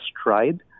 Stride